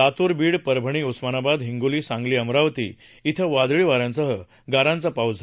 लातूर बीड परभणी उस्मानाबाद हिंगोली सांगली अमरावती इथं वादळी वाऱ्यासह गारांचा पाऊस झाला